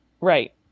Right